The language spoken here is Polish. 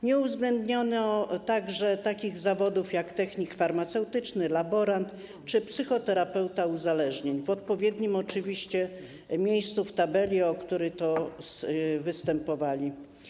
Nie uwzględniono także takich zawodów jak technik farmaceutyczny, laborant czy psychoterapeuta uzależnień w odpowiednim miejscu w tabeli, o co występowali.